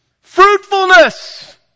Fruitfulness